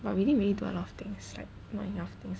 but we didn't really do a lot of things like not enough things